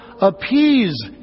appease